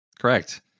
correct